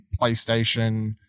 PlayStation